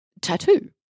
tattoo